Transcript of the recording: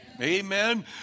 Amen